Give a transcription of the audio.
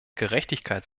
gerechtigkeit